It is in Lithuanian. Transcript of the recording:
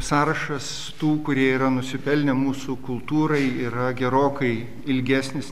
sąrašas tų kurie yra nusipelnę mūsų kultūrai yra gerokai ilgesnis